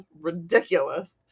ridiculous